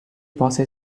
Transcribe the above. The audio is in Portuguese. possa